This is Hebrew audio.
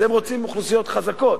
הם רוצים אוכלוסיות חזקות.